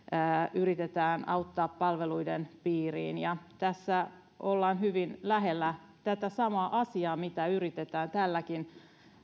yritetään auttaa palveluiden piiriin ja tässä ollaan hyvin lähellä tätä samaa asiaa mitä yritetään tälläkin